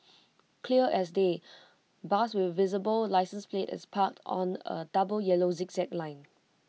clear as day bus with visible licence plate is parked on A double yellow zigzag line